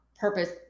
purpose